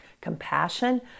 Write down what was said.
compassion